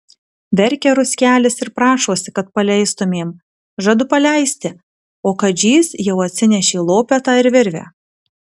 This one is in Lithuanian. verkia ruskelis ir prašosi kad paleistumėm žadu paleisti o kadžys jau atsinešė lopetą ir virvę